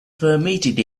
permitted